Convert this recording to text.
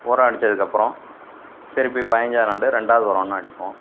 உரம் அடிச்சதுக்கப்புறம் திருப்பி பைஞ்சா நாள் ரெண்டாவது உரம் ஒன்று அடிப்போம்